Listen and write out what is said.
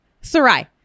Sarai